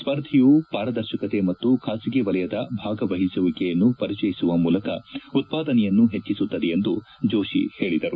ಸ್ಪರ್ಧೆಯು ಪಾರದರ್ಶಕತೆ ಮತ್ತು ಖಾಸಗಿ ವಲಯದ ಭಾಗವಹಿಸುವಿಕೆಯನ್ನು ಪರಿಚಯಿಸುವ ಮೂಲಕ ಉತ್ವಾದನೆಯನ್ನು ಹೆಚ್ಚಿಸುತ್ತದೆ ಎಂದು ಜೋಶಿ ಹೇಳಿದರು